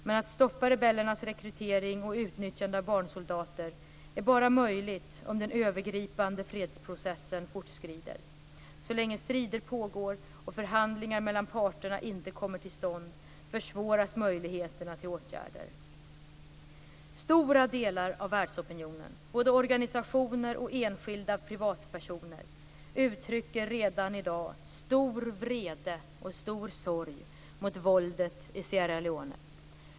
Men att stoppa rebellernas rekrytering och utnyttjande av barnsoldater är bara möjligt om den övergripande fredsprocessen fortskrider. Så länge strider pågår och förhandlingar mellan parterna inte kommer till stånd försvåras möjligheterna till åtgärder. Stora delar av världsopinionen, både organisationer och enskilda privatpersoner, uttrycker redan i dag stor vrede och stor sorg mot våldet i Sierra Leone.